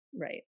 Right